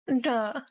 duh